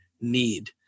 need